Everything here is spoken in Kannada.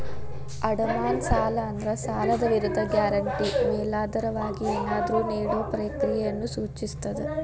ಅಡಮಾನ ಸಾಲ ಅಂದ್ರ ಸಾಲದ್ ವಿರುದ್ಧ ಗ್ಯಾರಂಟಿ ಮೇಲಾಧಾರವಾಗಿ ಏನಾದ್ರೂ ನೇಡೊ ಪ್ರಕ್ರಿಯೆಯನ್ನ ಸೂಚಿಸ್ತದ